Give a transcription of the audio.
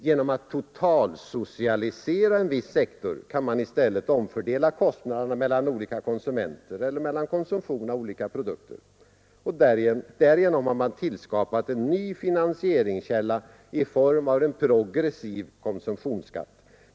Genom att totalsocialisera en viss sektor kan man i stället omfördela kostnaderna mellan olika konsumenter eller mellan konsumtion av olika produkter. Därigenom har man tillskapat en ny finansieringskälla i form av en progressiv konsumtionsskatt.